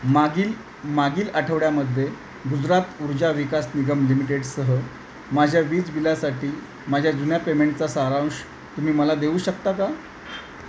मागील मागील आठवड्यामध्ये गुजरात ऊर्जा विकास निगम लिमिटेडसह माझ्या वीज बिलासाठी माझ्या जुन्या पेमेंटचा सारांश तुम्ही मला देऊ शकता का